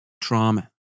trauma